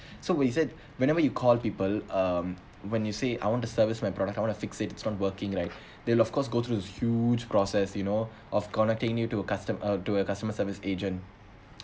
so he said whenever you call people um when you say I want to service my product I want to fix it it's not working right they of course go through the huge process you know of connecting you to a custom uh to a customer service agent